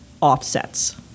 offsets